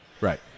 Right